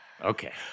Okay